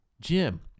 Jim